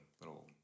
little